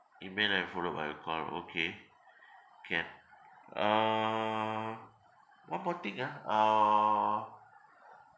email and followed by a call okay can uh one more thing ah uh